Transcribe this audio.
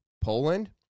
Poland